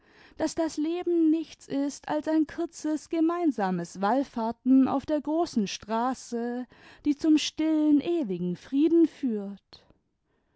daß das leben nichts ist als ein kurzes gemeinsames wallfahrten auf der großen straße die zum stillen ewigen frieden führt